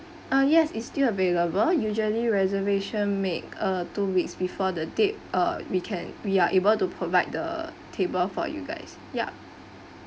uh yes it's still available usually reservation make uh two weeks before the date uh we can we are able to provide the table for you guys yup